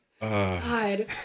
god